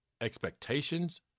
expectations